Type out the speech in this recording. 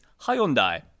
Hyundai